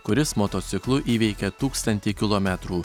kuris motociklu įveikė tūkstantį kilometrų